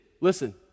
Listen